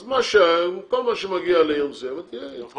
אז כל מה שמגיע לעיר מסוימת היא תקבל.